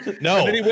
No